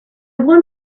want